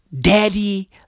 daddy